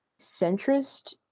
centrist